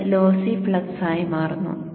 ഇത് lossy flux ആയി മാറുന്നു